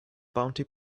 bounty